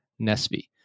Nesby